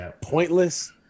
pointless